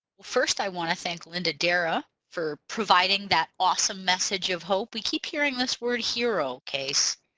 first i want to thank linda dara for providing that awesome message of hope we keep hearing this word hero casey.